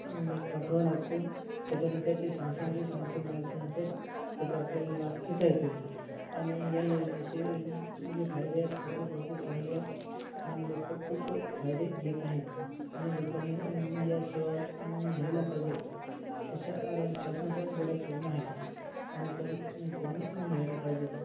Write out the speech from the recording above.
पाठवावा लागतो त्याच्यानंतरची जी सॅन्क्शन आहे ती सॅन्क्शन आल्याच्यानंतर त्याचा आपल्याला लाभ घेता येतो आणि या योजनेचे जे फायदे आहेत फायदे भरपूर चांगले आहेत आणि लोक खूप फायदे घेत आहेत आणि लोकांनी या सेवा घ्यायला पाहिजेत अशा अर् शासनाच्या बऱ्याच योजना आहेत आणि त्या त्यांनी घ्यायला पाहिजेत